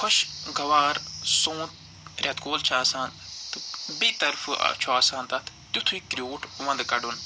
خۄش گوار سون رٮ۪تہٕ کول چھُ آسان تہٕ بیٚیہِ طرفہٕ چھُ آسان تتھ تیُتھٕے کرٛیوٗٹھ ونٛدٕ کڑُن